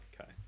Okay